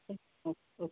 okay okay